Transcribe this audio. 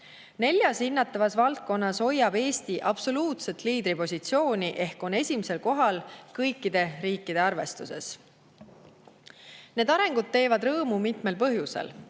Neljas hinnatavas valdkonnas hoiab Eesti absoluutset liidripositsiooni ehk on esimesel kohal kõikide riikide arvestuses. Need arengud teevad rõõmu mitmel põhjusel.